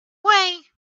way